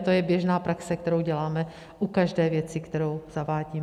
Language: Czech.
To je běžná praxe, kterou děláme u každé věci, kterou zavádíme.